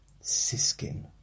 Siskin